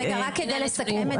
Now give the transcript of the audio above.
רק כדי לסכם.